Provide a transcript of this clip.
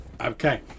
Okay